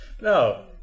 No